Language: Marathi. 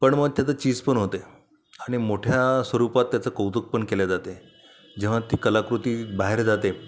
पण मग त्याचं चीज पण होते आणि मोठ्या स्वरूपात त्याचं कौतुक पण केले जाते जेव्हा ती कलाकृती बाहेर जाते